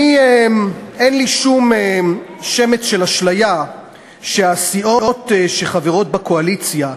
אין לי שום שמץ של אשליה שהסיעות שחברות בקואליציה,